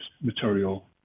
material